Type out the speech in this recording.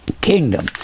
kingdom